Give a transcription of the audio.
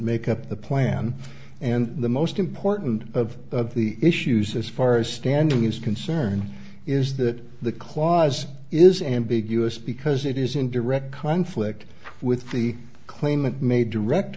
make up the plan and the most important of the issues as far as standing is concerned is that the clause is ambiguous because it is in direct conflict with the claimant made direct